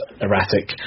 erratic